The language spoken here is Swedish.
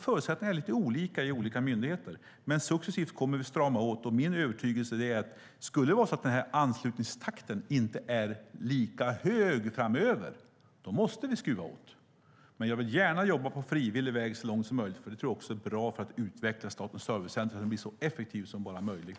Förutsättningarna är lite olika i olika myndigheter. Men successivt kommer vi att strama åt. Min övertygelse är att om anslutningstakten inte är lika hög framöver måste vi skruva åt. Men jag vill gärna jobba på frivillig väg så långt som möjligt. Det tror jag också är bra för att utveckla Statens servicecenter så att det blir så effektivt som bara möjligt.